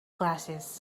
glasses